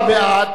11 בעד,